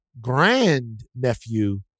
grand-nephew